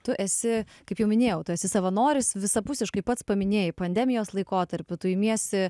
tu esi kaip jau minėjau tu esi savanoris visapusiškai pats paminėjai pandemijos laikotarpiu tu imiesi